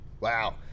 Wow